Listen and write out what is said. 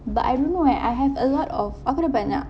but I don't know eh I have a lot of aku ada banyak